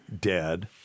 dead